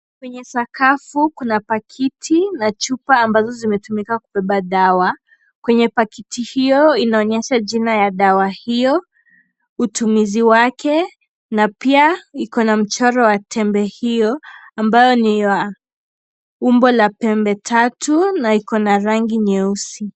Kwenye sakafu kuna pakiti na chupa ambazo zimetumika kubeba dawa, kwenye pakiti hiyo inaonyesha jina ya dawa hiyo, utumizi wake na pia iko na mchoro wa tembe hiyo ambayo ni ya umbo la pembe tatu na iko na rangi nyeusi .